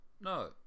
no